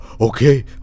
okay